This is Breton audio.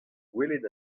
gwelet